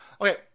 Okay